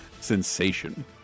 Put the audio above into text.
sensation